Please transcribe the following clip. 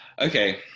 okay